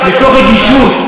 מתוך רגישות.